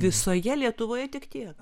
visoje lietuvoje tik tiek